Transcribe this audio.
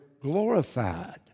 glorified